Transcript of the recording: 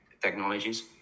technologies